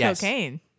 Cocaine